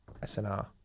SNR